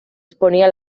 exponía